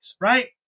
right